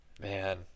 Man